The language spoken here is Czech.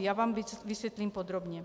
Já vám vysvětlím podrobně.